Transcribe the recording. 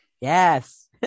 Yes